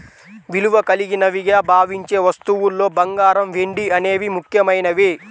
విలువ కలిగినవిగా భావించే వస్తువుల్లో బంగారం, వెండి అనేవి ముఖ్యమైనవి